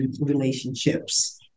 relationships